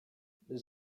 does